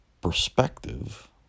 perspective